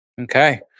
Okay